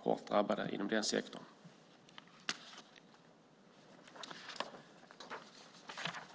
hårt drabbad av dödsolyckor.